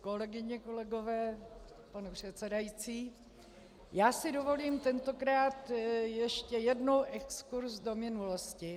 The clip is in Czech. Kolegyně a kolegové, pane předsedající, já si dovolím tentokrát ještě jednou exkurz do minulosti.